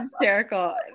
hysterical